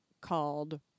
called